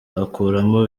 akuramo